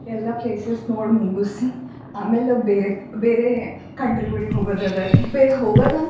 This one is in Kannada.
ಎಲ್ಲ ಪ್ಲೇಸಸ್ ನೋಡಿ ಮುಗಿಸಿ ಆಮೇಲೆ ಬೇರೆ ಬೇರೆ ಕಂಟ್ರಿಗಳಿಗೆ ಹೋಗೋದಿದೆ ರಿ ಬೆ ಹೋಗೋದಂತೆ